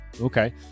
okay